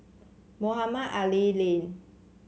Mohamed Ali Lane